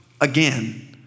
again